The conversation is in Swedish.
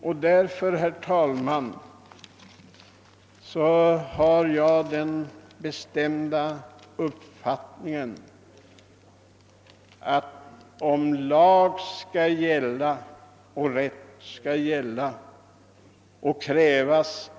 Jag har den bestämda uppfattningen att lag och rätt skall råda.